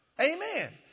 Amen